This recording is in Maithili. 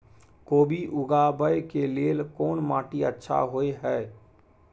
कोबी उगाबै के लेल कोन माटी अच्छा होय है?